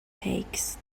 peaks